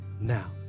now